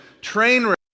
train